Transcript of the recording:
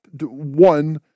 one